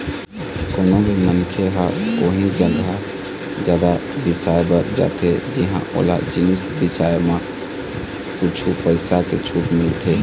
कोनो भी मनखे ह उही जघा जादा बिसाए बर जाथे जिंहा ओला जिनिस बिसाए म कुछ पइसा के छूट मिलथे